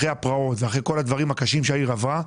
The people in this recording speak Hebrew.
אחרי הפרעות ואחרי כל הדברים הקשים שהעיר עברה.